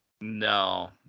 No